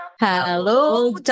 Hello